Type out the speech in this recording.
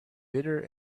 bitter